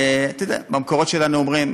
במקורות שלנו אומרים,